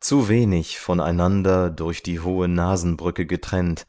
zu wenig voneinander durch die hohe nasenbrücke getrennt